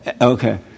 Okay